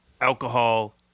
Alcohol